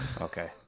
okay